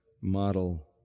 model